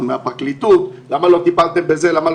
מן הפרקליטות למה לא טיפלו בזה ובזה,